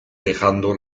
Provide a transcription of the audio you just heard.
dejando